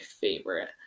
favorite